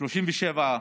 איזו שאילתה?